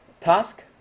Task